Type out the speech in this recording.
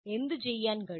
എന്തുചെയ്യാൻ കഴിയും